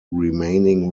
remaining